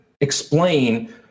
explain